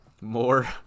more